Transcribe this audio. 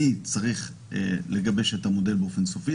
אני צריך לגבש את המודל באופן סופי,